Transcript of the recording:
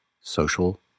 social